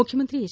ಮುಖ್ಯಮಂತ್ರಿ ಎಚ್